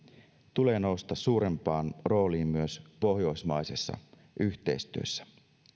tulee nousta suurempaan rooliin myös pohjoismaisessa yhteistyössä